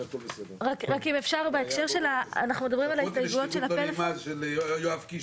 אני בשליחות של יואב קיש.